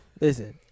Listen